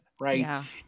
right